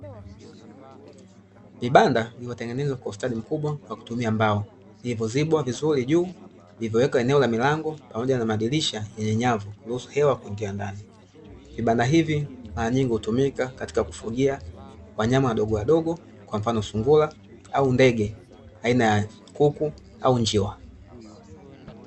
Vibanda vilivyotengenezwa kwa ustadi mkubwa kwa kutumia mbao, vilivyozibwa vizuri juu, vilivyowekwa eneo la milango pamoja na madirisha yenye nyavu; kuruhusu hewa kuingia ndani. Vibanda hivi mara nyingi hutumika katika kufugia wanyama wadogowadogo, kwa mfano: sungura au ndege aina ya kuku au njiwa.